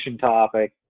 topic